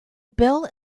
bill